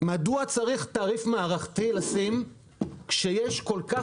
מדוע צריך תעריך מערכתי כשיש כל כך